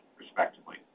respectively